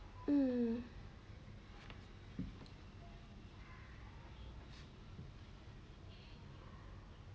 um